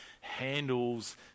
handles